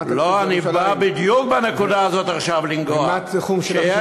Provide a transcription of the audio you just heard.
מה התקציב של ירושלים ומה התיחום של,